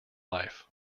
life